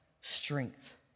strength